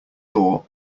door